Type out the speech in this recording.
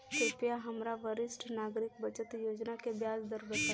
कृपया हमरा वरिष्ठ नागरिक बचत योजना के ब्याज दर बताई